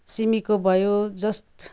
सिमीको भयो जस्ट